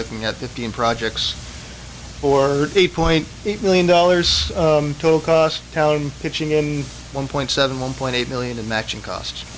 looking at fifteen projects or eight point eight million dollars total cost down pitching in one point seven one point eight million in matching cost